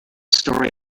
story